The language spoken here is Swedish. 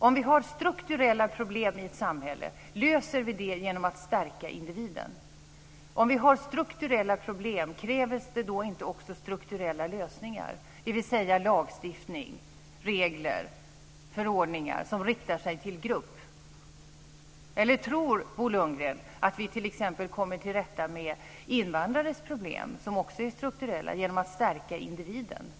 Om vi har strukturella problem i samhället löser vi det då genom att stärka individen? Om vi har strukturella problem krävs det då inte också strukturella lösningar, dvs. lagstiftning, regler, förordningar som riktar sig till grupp? Eller tror Bo Lundgren att vi t.ex. kommer till rätta med invandrares problem, som också är strukturella, genom att stärka individen?